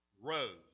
rose